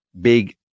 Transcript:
big